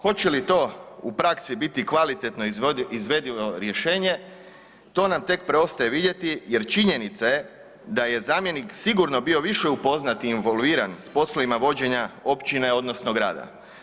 Hoće li to u praksi biti kvalitetno izvedivo rješenje, to nam tek preostaje vidjeti jer činjenica je da je zamjenik sigurno bio više upoznat i involviran s poslovima vođenja općine odnosno grada.